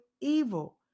evil